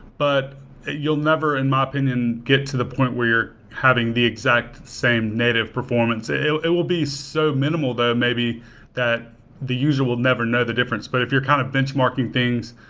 but you'll never, in my opinion, get to the point where you're having the exact same native performance. it will be so minimal that maybe that the user will never know the difference, but if you're kind of benchmarking things,